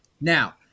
Now